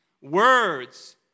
words